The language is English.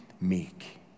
meek